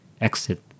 exit